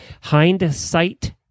hindsight